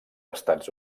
estats